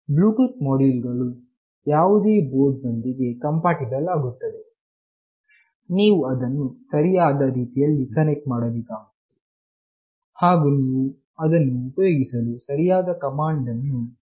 Bluetooth module ಗಳು ಯಾವುದೇ board ನೊಂದಿಗೆ ಕಂಪ್ಯಾಟಿಬಲ್ ಆಗುತ್ತದೆ ನೀವು ಅದನ್ನು ಸರಿಯಾದ ರೀತಿಯಲ್ಲಿ ಕನೆಕ್ಟ್ ಮಾಡಬೇಕಾಗುತ್ತದೆ ಹಾಗು ನೀವು ಅದನ್ನು ಉಪಯೋಗಿಸಲು ಸರಿಯಾದ ಕಮಾಂಡ್ಅನ್ನು ಉಪಯೋಗಿಸಬೇಕು